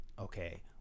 okay